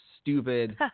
stupid